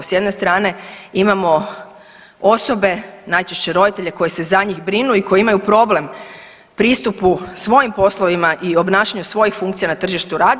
S jedne strane imamo osobe najčešće roditelje koji se za njih brinu i koji imaju problem pristupu svojim poslovima i obnašanju svojih funkcija na tržištu rada.